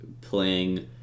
playing